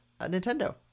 Nintendo